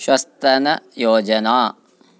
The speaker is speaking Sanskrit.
श्वस्तनी योजना